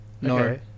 no